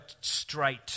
straight